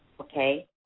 Okay